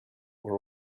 were